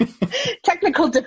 technical